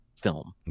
film